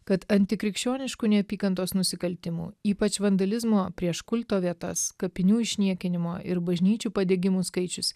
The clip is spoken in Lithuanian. kad antikrikščioniškų neapykantos nusikaltimų ypač vandalizmo prieš kulto vietas kapinių išniekinimo ir bažnyčių padegimų skaičius